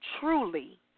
truly